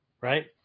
Right